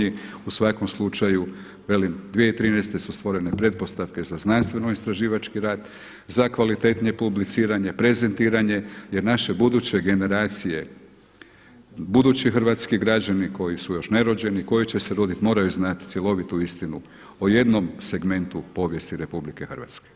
U svakom slučaju velim, 2013. su stvorene pretpostavke za znanstveno istraživački rad, za kvalitetnije publiciranje, prezentiranje jer naše buduće generacije, budući hrvatski građani koji su još nerođeni, koji će se roditi moraju znati cjelovitu istinu o jednom segmentu povijesti RH.